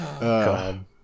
God